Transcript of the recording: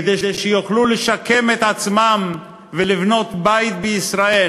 כדי שיוכלו לשקם את עצמם ולבנות בית בישראל,